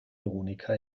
veronika